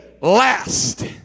last